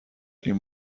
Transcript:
این